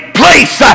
place